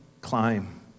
climb